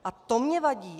A to mně vadí.